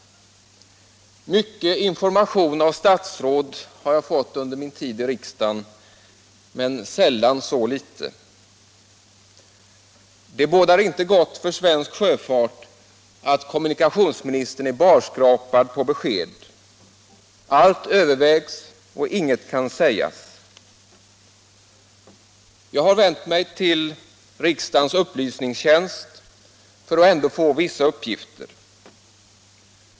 Mycket information har jag fått av statsråd under min tid i riksdagen men sällan så litet. Det bådar inte gott för svensk sjöfart att kommunikationsministern är barskrapad på besked. Allt övervägs, och ingenting kan sägas. Jag har vänt mig till riksdagens upplysningstjänst för att ändå få vissa uppgifter.